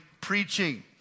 preaching